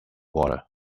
water